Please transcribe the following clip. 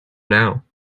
now